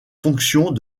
fonctions